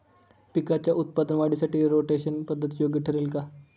पिकाच्या उत्पादन वाढीसाठी रोटेशन पद्धत योग्य ठरेल का?